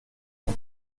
und